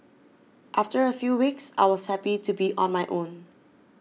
after a few weeks I was happy to be on my own